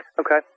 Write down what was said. Okay